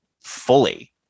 fully